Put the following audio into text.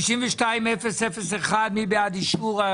52001. מי בעד אישור?